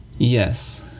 Yes